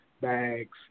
bags